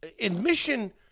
Admission